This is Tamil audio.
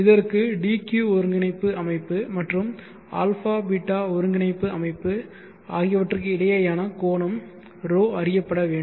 இதற்கு dq ஒருங்கிணைப்பு அமைப்பு மற்றும் α ß ஒருங்கிணைப்பு அமைப்பு ஆகியவற்றுக்கு இடையேயான கோணம் ρ அறியப்பட வேண்டும்